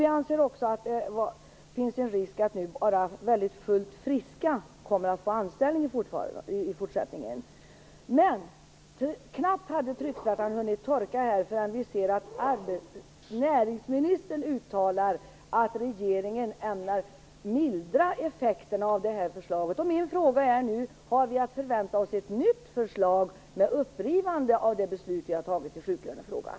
Vi ansåg också att det finns en risk att bara fullt friska kommer att få anställning i fortsättningen. Knappt hade trycksvärtan hunnit torka förrän vi ser att näringsministern uttalar att regeringen ämnar mildra effekterna av beslutet. Har vi att förvänta oss ett nytt förslag med upprivande av det beslut vi har tagit i sjuklönefrågan?